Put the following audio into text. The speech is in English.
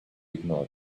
ignore